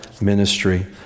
ministry